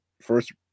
first